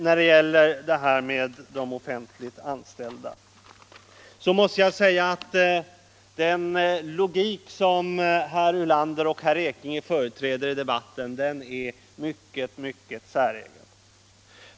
När det sedan gäller de offentligt anställda måste jag säga att den logik som herrar Ulander och Ekinge företräder i debatten är mycket säregen.